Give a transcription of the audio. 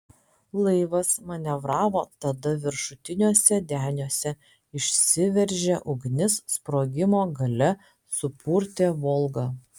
laivas manevravo tada viršutiniuose deniuose išsiveržė ugnis sprogimo galia supurtė volgą